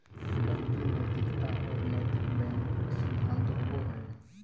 banking नैतिकता और नैतिक बैंक सिद्धांत होबो हइ